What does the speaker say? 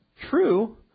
true